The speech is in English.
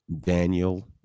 Daniel